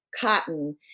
cotton